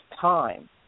time